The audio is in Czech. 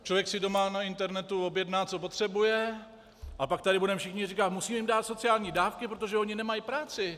Člověk si doma na internetu objedná, co potřebuje, a pak tady budeme všichni říkat: Musíme jim dát sociální dávky, protože oni nemají práci.